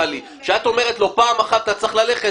אם את אומרת לו שהוא צריך ללכת פעם אחת,